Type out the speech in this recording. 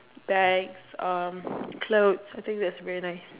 bags um clothes I think that's very nice